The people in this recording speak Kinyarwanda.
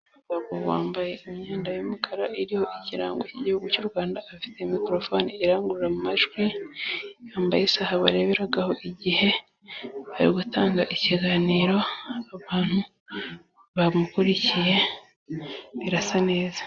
Umugabo wambaye imyenda y'umukara iriho ikirango cy'igihugu cy'u Rwanda, afite mikorofone irangurura amajwi, yambaye isaha bareberaho igihe ari gutanga ikiganiro abantu bamukurikiye birasa neza.